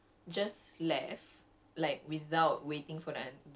okay so orang ni tanya soalan and then they